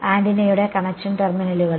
ആന്റിനയുടെ കണക്ഷൻ ടെർമിനലുകളിൽ